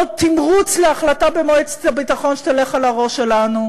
עוד תמרוץ להחלטה במועצת הביטחון שתלך על הראש שלנו,